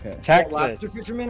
Texas